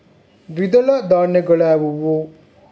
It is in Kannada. ದ್ವಿದಳ ಧಾನ್ಯಗಳಾವುವು?